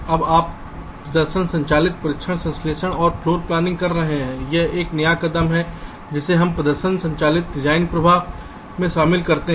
अब आप प्रदर्शन संचालित परीक्षण संश्लेषण और फ्लोरप्लानिंग कर रहे हैं यह एक नया कदम है जिसे हम प्रदर्शन चालित डिजाइन प्रवाह में शामिल करते हैं